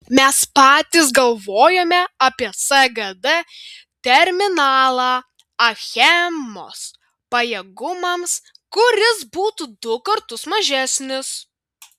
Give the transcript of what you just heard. mes patys galvojome apie sgd terminalą achemos pajėgumams kuris būtų du kartus mažesnis